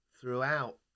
throughout